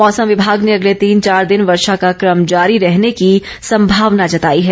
मौसम विभाग ने अगले तीन चार दिन वर्षा का क्रम जारी रहने की संभावना जताई है